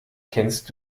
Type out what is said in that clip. kennst